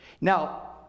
Now